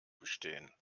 bestehen